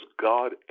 God